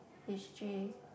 history